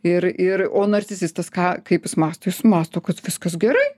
ir ir o narcisistas ką kaip jis mąsto jis mąsto kad viskas gerai